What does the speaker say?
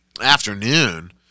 Afternoon